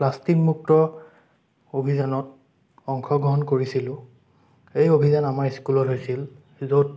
প্লাষ্টিকমুক্ত অভিযানত অংশগ্ৰহণ কৰিছিলোঁ এই অভিযান আমাৰ স্কুলত হৈছিল য'ত